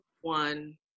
one